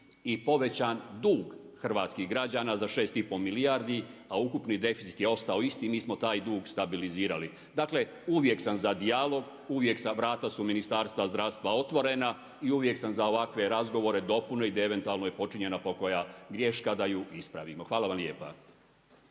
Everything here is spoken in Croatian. i povećan dug hrvatskih građana za 6 i pol milijardi a ukupni deficit je ostao isti. Mi smo taj dug stabilizirali. Dakle, uvijek sam za dijalog, uvijek su vrata Ministarstva zdravstva otvorena i uvijek sam za ovakve razgovore, dopune i di je eventualno počinjena pokoja riječ kada ju ispravimo. Hvala vam lijepa.